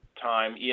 time